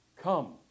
Come